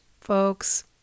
folks